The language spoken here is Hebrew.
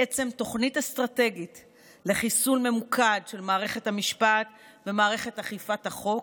בעצם תוכנית אסטרטגית לחיסול ממוקד של מערכת המשפט ומערכת אכיפת החוק,